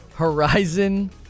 horizon